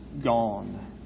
gone